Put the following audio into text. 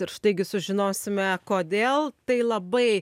ir staigiai sužinosime kodėl tai labai